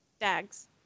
dags